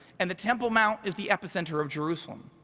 and the temple mount is the epicenter of jerusalem.